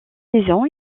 saison